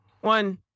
one